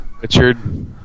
Richard